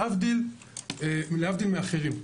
להבדיל מאחרים.